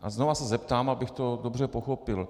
A znovu se zeptám, abych to dobře pochopil.